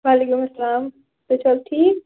وعلیکُم سلام تُہۍ چھُو حظ ٹھیٖک